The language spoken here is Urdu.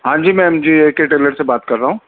ہاں جی میم جی اے کے ٹیلر سے بات کر رہا ہوں